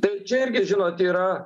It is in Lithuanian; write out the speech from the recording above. tai čia irgi žinote yra